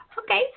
Okay